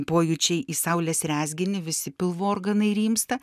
pojūčiai į saulės rezginį visi pilvo organai rimsta